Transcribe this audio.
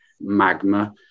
magma